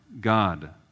God